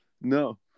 No